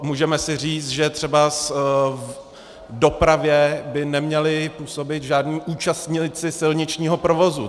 Můžeme si říct, že třeba v dopravě by neměli působit žádní účastníci silničního provozu.